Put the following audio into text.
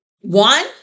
one